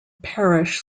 parish